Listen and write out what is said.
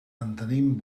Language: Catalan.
mantenim